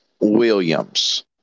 Williams